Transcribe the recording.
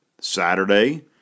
Saturday